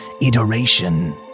iteration